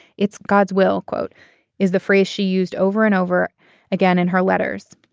it's god's will quote is the phrase she used over and over again in her letters.